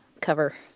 cover